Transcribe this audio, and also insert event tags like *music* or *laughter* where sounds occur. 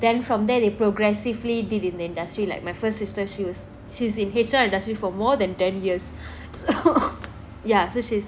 then from there they progressively did in industry like my first sister she was she's in H_R industry for more than ten years so *coughs* ya so she's